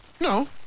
No